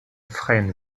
freien